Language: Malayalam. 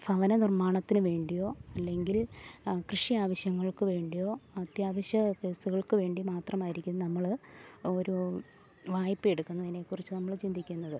ഭവന നിർമ്മാണത്തിനു വേണ്ടിയോ അല്ലെങ്കിൽ കൃഷി ആവശ്യങ്ങൾക്ക് വേണ്ടിയോ അത്യാവശ്യ കേസുകൾക്കു വേണ്ടി മാത്രമായിരിക്കും നമ്മൾ ഒരു വായ്പ എടുക്കുന്നതിനെ കുറിച്ച് നമ്മൾ ചിന്തിക്കുന്നത്